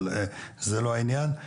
אבל זה לא עניין.